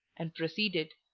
and proceeded